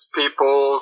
people